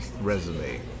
resume